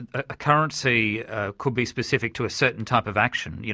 a currency could be specific to a certain type of action, you